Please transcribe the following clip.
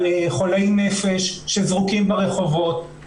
על חולי נפש שזרוקים ברחובות,